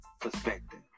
perspective